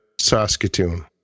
Saskatoon